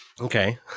Okay